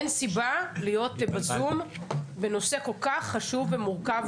אין סיבה להיות בזום בנושא כל כך חשוב ומורכב